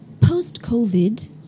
Post-COVID